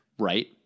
Right